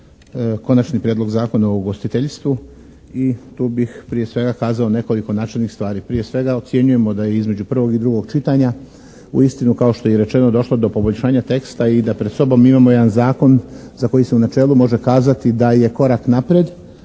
Konačni prijedlog Zakona o ugostiteljstvu i tu bih prije svega kazao nekoliko načelnih stvari. Prije svega, ocjenjujemo da je između prvog i drugog čitanja uistinu kao što je i rečeno došlo do poboljšanja teksta i da pred sobom imamo jedan zakon za koji se u načelu može kazati da je korak naprijed,